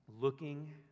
Looking